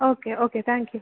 okay okay thank you